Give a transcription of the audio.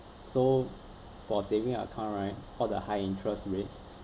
so for saving account right all the high interest rates